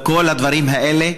וכל הדברים האלה,